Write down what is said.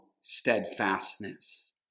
steadfastness